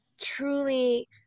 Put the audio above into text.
truly